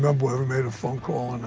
um whether we made a phone call or not.